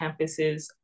campuses